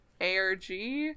ARG